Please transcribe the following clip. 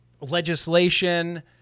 legislation